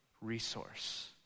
resource